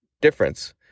difference